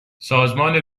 سازمان